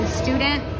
student